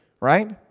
right